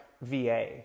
VA